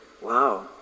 Wow